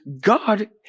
God